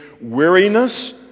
weariness